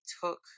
took